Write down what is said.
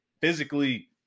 physically